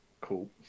Cool